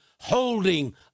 holding